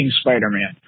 Spider-Man